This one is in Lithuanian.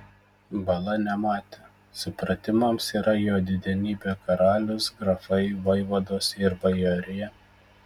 bala nematė supratimams yra jo didenybė karalius grafai vaivados ir bajorija